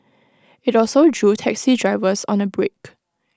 IT also drew taxi drivers on A break